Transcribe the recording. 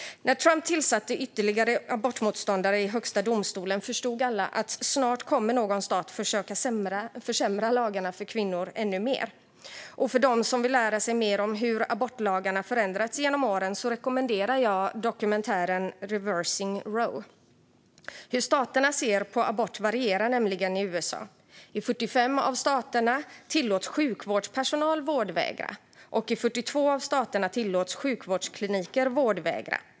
När Trump tillsatte ytterligare abortmotståndare i högsta domstolen förstod alla att snart kommer någon stat att försöka försämra lagarna för kvinnor ännu mer. För dem som vill lära sig mer om hur abortlagarna förändrats genom åren rekommenderar jag dokumentären Reversing Roe . Hur staterna ser på abort varierar nämligen i USA. I 45 av staterna tillåts sjukvårdspersonal vårdvägra, och i 42 av staterna tillåts sjukvårdskliniker vårdvägra.